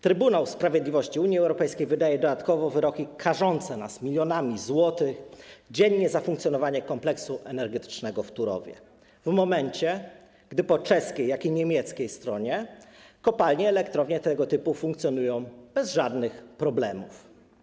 Trybunał Sprawiedliwości Unii Europejskiej wydaje dodatkowo wyroki karzące nas milionami złotych dziennie za funkcjonowanie kompleksu energetycznego w Turowie, w momencie gdy tak po czeskiej, jak i po niemieckiej stronie kopalnie i elektrownie tego typu funkcjonują bez żadnych problemów.